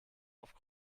auf